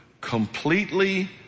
completely